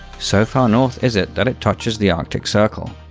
so far north is it that it touches the arctic circle.